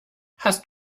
hast